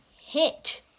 Hit